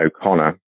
O'Connor